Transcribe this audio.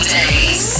days